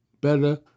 better